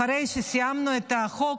אחרי שסיימנו את החוק,